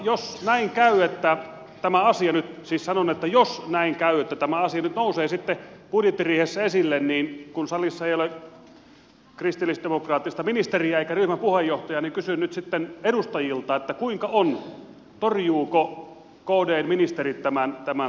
jos näin käy että tämä asia nyt siis sanon että jos näin käy nyt nousee sitten budjettiriihessä esille kun salissa ei ole kristillisdemokraattista ministeriä eikä ryhmäpuheenjohtajaa kysyn nyt sitten edustajilta kuinka on torjuvatko kdn ministerit tämän leikkauksen hallituksessa